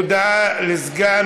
הודעה לסגן